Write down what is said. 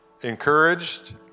encouraged